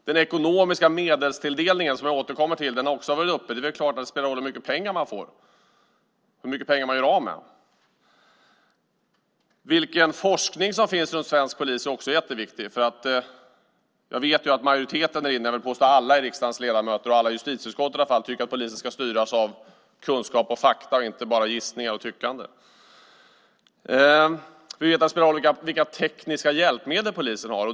Den ekonomiska medelstilldelningen, som jag återkommer till, har också varit uppe. Det är väl klart att det spelar roll hur mycket pengar man får och hur mycket pengar man gör av med. Vilken forskning som finns om svensk polis är också jätteviktigt. Jag vet att majoriteten härinne, alla riksdagens ledamöter vill jag påstå, i alla fall i justitieutskottet, tycker att polisen ska styras av kunskap och fakta och inte bara av gissningar och tyckanden. Vi vet att det spelar roll vilka tekniska hjälpmedel polisen har.